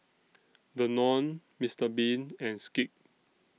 Danone Mister Bean and Schick